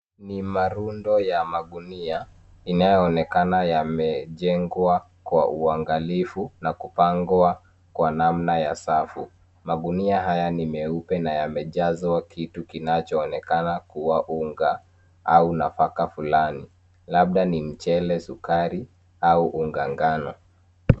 Ni marundo ya magunia, inayoonekana imejengwa kwa uangalifu na kupangwa kwa namna ya safu. Magunia haya ni meupe na yamejazwa kitu kinachoonekana kua unga au nafaka fulani, labda ni mchele, sukari, au unga ngano.